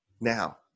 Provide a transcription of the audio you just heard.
Now